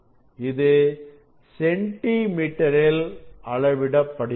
இது சென்டி மீட்டரில் அளவிடப்படுகிறது